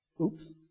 oops